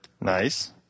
Nice